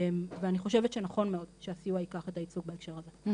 ואני חושבת שנכון מאוד שהסיוע ייקח את הייצוג בהקשר הזה.